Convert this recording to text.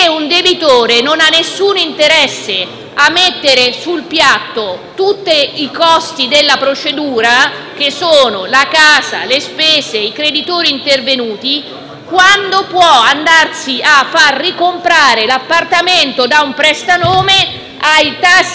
un debitore non ha alcun interesse a mettere sul piatto tutti i costi della procedura (la casa, le spese, i creditori intervenuti), quando può farsi ricomprare l'appartamento da un prestanome ai tassi